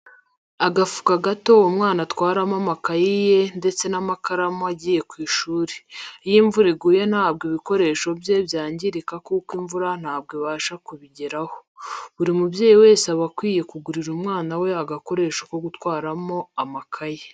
Agafuka gato umwana atwaramo amakayi ye ndese n'amakaramu agiye ku ishuri, iyo imvura iguye ntabwo ibikoresho bye byangirika kuko imvura ntabwo ibasha kubigeraho. Buri mubyeyi wese aba akwiye kugurira umwana we agakoresho ko gutwaramo amakaye.